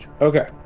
Okay